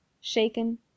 shaken